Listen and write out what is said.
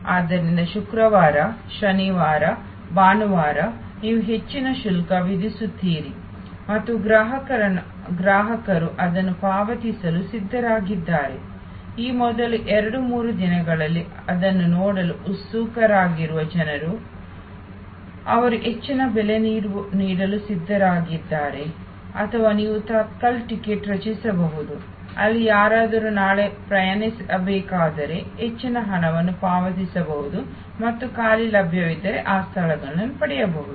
ಆದ್ದರಿಂದ ಶುಕ್ರವಾರ ಶನಿವಾರ ಭಾನುವಾರ ನೀವು ಹೆಚ್ಚಿನ ಶುಲ್ಕ ವಿಧಿಸುತ್ತೀರಿ ಮತ್ತು ಗ್ರಾಹಕರು ಅದನ್ನು ಪಾವತಿಸಲು ಸಿದ್ಧರಾಗಿದ್ದಾರೆ ಆ ಮೊದಲ ಎರಡು ಮೂರು ದಿನಗಳಲ್ಲಿ ಅದನ್ನು ನೋಡಲು ಉತ್ಸುಕರಾಗಿರುವ ಜನರು ಅವರು ಹೆಚ್ಚಿನ ಬೆಲೆ ನೀಡಲು ಸಿದ್ಧರಾಗಿದ್ದಾರೆ ಅಥವಾ ನೀವು ತತ್ಕಾಲ್ ಟಿಕೆಟ್ ರಚಿಸಬಹುದು ಅಲ್ಲಿ ಯಾರಾದರೂ ನಾಳೆ ಪ್ರಯಾಣಿಸಬೇಕಾದರೆ ಹೆಚ್ಚಿನ ಹಣವನ್ನು ಪಾವತಿಸಬಹುದು ಮತ್ತು ಖಾಲಿ ಲಭ್ಯವಿದ್ದರೆ ಆ ಸ್ಥಾನಗಳನ್ನು ಪಡೆಯಬಹುದು